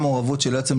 ולבצע את